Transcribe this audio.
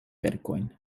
verkojn